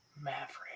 Maverick